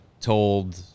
told